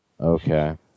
Okay